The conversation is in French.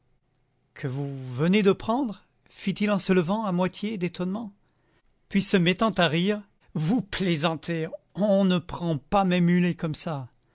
que vous venez de prendre fit-il en se levant à moitié d'étonnement puis se mettant à rire vous plaisantez on ne prend pas mes mulets comme ça